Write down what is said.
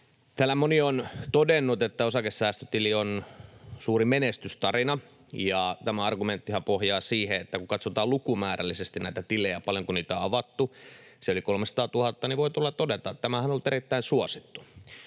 Täällä moni on todennut, että osakesäästötili on suuri menestystarina, ja tämä argumenttihan pohjaa siihen, että kun katsotaan lukumäärällisesti näitä tilejä, paljonko niitä on avattu — se on yli 300 000 — niin voi todeta, tämähän on ollut erittäin suosittu.